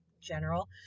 general